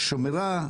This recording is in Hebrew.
שומרה,